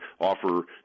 offer